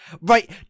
Right